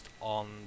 on